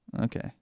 Okay